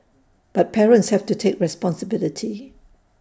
but parents have to take responsibility